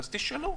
אז תשאלו.